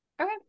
Okay